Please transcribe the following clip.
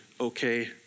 okay